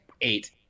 eight